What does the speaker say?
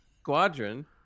squadron